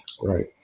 Right